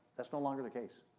that's no longer the case.